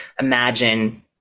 imagine